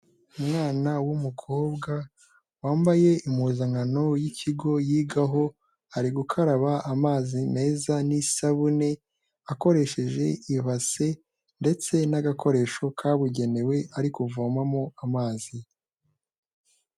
Umwana w'umukobwa wambaye impuzankano y'ikigo yigaho, ari gukaraba amazi meza n'isabune akoresheje ibase ndetse n'agakoresho kabugenewe ari kuvomamo amazi.